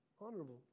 Honorable